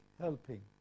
helping